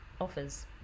offers